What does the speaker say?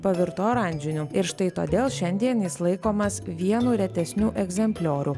pavirto oranžiniu ir štai todėl šiandien jis laikomas vienu retesnių egzempliorių